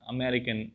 American